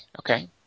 okay